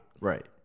Right